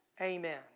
Amen